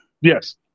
Yes